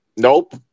Nope